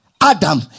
Adam